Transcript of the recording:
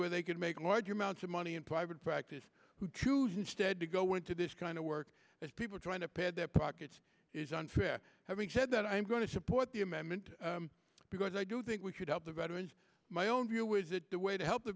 where they could make large amounts of money in private practice who choose instead to go into this kind of work as people trying to pad their pockets is unfair having said that i'm going to support the amendment because i do think we should help the veterans my own view is that the way to help the